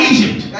Egypt